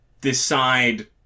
decide